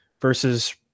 versus